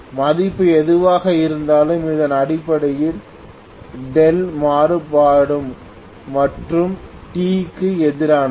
PdemandPgen மதிப்பு எதுவாக இருந்தாலும் இது அடிப்படையில் δ மாறுபாடு மற்றும் t க்கு எதிரானது